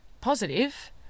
positive